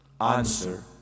answer